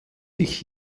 sich